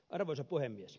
arvoisa puhemies